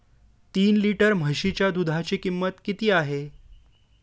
तीन लिटर म्हशीच्या दुधाची किंमत किती आहे?